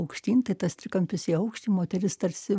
aukštyn tai tas trikampis į aukštį moteris tarsi